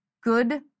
Good